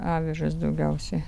avižas daugiausiai